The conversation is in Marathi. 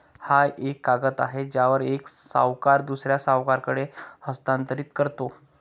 हा एक कागद आहे ज्यावर एक सावकार दुसऱ्या सावकाराकडे हस्तांतरित करतो